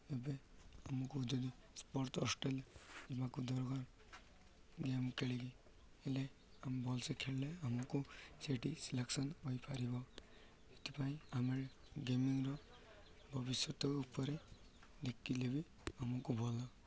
ଏବେ ଆମକୁ ଯଦି ସ୍ପୋର୍ଟ୍ ହଷ୍ଟେଲ୍ ଯିବାକୁ ଦରକାର ଗେମ୍ ଖେଳିକି ହେଲେ ଆମେ ଭଲସେ ଖେଳିଲେ ଆମକୁ ସେଇଠି ସିଲେକ୍ସନ୍ ହୋଇପାରିବ ସେଥିପାଇଁ ଆମେ ଗେମିଂର ଭବିଷ୍ୟତ ଉପରେ ଦେଖିଲେ ବି ଆମକୁ ଭଲ